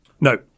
No